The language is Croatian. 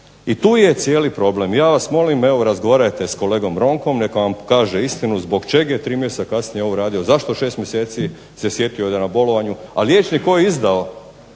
I tu je cijeli problem. Ja vas molim, evo razgovarajte s kolegom Ronkom, neka vam kaže istinu zbog čeg je 3 mjeseca kasnije ovo radio. Zašto 6 mjeseci se sjetio da je na bolovanju, a liječnik koji je izdao